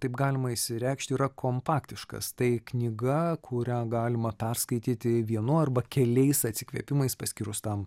taip galima išsireikšti yra kompaktiškas tai knyga kurią galima perskaityti vienu arba keliais atsikvėpimais paskyrus tam